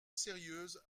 sérieuse